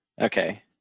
Okay